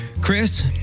Chris